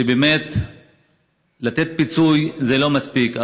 שבאמת לתת פיצוי זה לא מספיק,